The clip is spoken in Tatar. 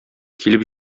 килеп